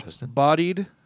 Bodied